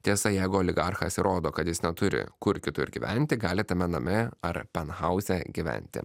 tiesa jeigu oligarchas įrodo kad jis neturi kur kitur gyventi gali tame name ar penhauze gyventi